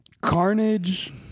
Carnage